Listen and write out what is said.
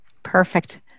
Perfect